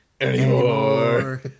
Anymore